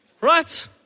right